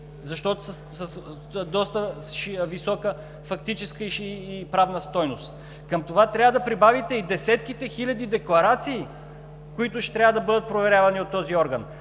защото са с доста висока фактическа и правна стойност. Към това трябва да прибавите и десетките хиляди декларации, които ще трябва да бъдат проверявани от този орган.